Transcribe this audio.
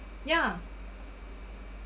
ya